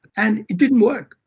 and it didn't work.